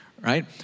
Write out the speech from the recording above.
right